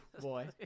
boy